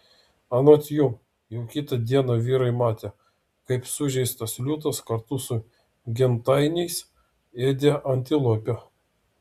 anot jų jau kitą dieną vyrai matė kaip sužeistas liūtas kartu su gentainiais ėdė antilopę